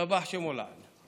ישתבח שמו לעד.